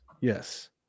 Yes